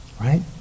right